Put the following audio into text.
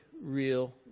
real